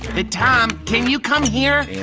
hey tom, can you come here? in